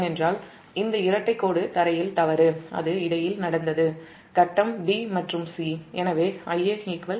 ஏனென்றால் இந்த இரட்டைக் கோடு க்ரவுன்ட்ல் தவறு அது இடையில் நடந்தது ஃபேஸ் b மற்றும் c எனவே Ia 0